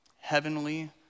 Heavenly